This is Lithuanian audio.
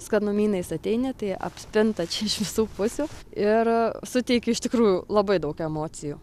skanumynais ateini tai apspinta čia iš visų pusių ir suteikia iš tikrųjų labai daug emocijų